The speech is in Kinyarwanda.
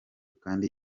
kandi